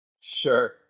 Sure